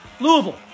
Louisville